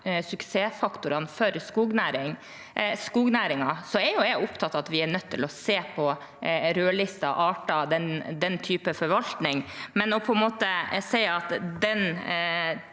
suksessfaktorene for skognæringen. Jeg er opptatt av at vi er nødt til å se på rødlistede arter, den type forvaltning, men å si at den